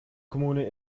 kommune